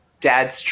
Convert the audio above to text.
dad's